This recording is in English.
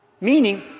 Meaning